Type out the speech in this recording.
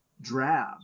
drab